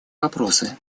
вопросы